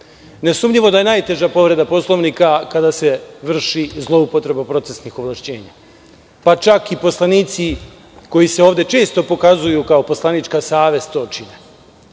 Nesumnjivo je najteža povreda Poslovnika kada se vrši zloupotreba procesnih ovlašćenja, pa čak i poslanici koji se ovde često pokazuju kao poslanička savest to čine.U